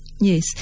Yes